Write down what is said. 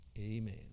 Amen